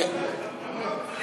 גם החוק צודק.